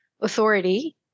authority